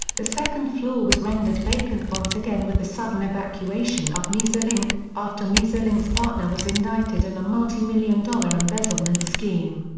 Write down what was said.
the second floor was rendered vacant once again with the sudden evacuation of mezolink, after mezolink's partner was indicted in a multimillion-dollar embezzlement scheme.